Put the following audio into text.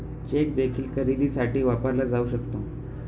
check देखील खरेदीसाठी वापरला जाऊ शकतो